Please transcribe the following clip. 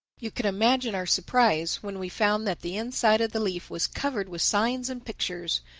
you can imagine our surprise when we found that the inside of the leaf was covered with signs and pictures,